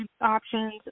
options